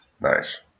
Nice